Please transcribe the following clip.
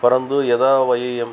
परन्तु यदा वयम्